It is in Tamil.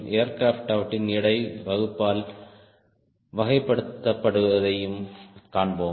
ஏர்கிராப்ட் அவற்றின் எடை வகுப்பால் வகைப்படுத்தப்படுவதைக் காண்போம்